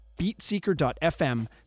beatseeker.fm